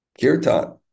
Kirtan